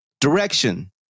direction